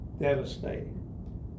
devastating